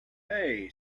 hey